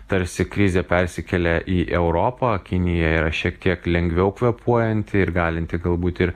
tarsi krizė persikėlė į europą kinija yra šiek tiek lengviau kvėpuojanti ir galinti galbūt ir